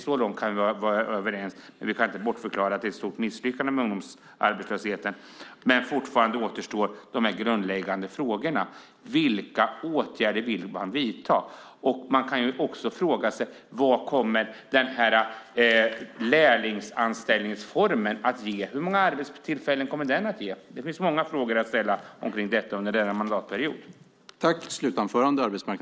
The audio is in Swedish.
Så långt kan vi vara överens, men det går inte att bortförklara att ungdomsarbetslösheten är ett stort misslyckande. Fortfarande återstår de grundläggande frågorna: Vilka åtgärder vill man vidta? Och vad kommer lärlingsanställningsformen att ge - hur många arbetstillfällen kommer den att ge? Det finns många frågor att ställa om detta under den här mandatperioden.